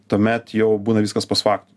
tuomet jau būna viskas pos faktu